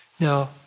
Now